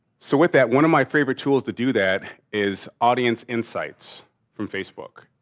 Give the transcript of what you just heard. so with that, one of my favorite tools to do that is audience insights from facebook